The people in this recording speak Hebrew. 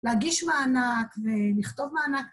להגיש מענק ולכתוב מענק.